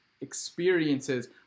experiences